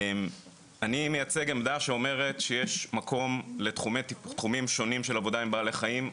אני מייצג עמדה שאומרת שיש מקום לתחומים שונים של עבודה עם בעלי חיים,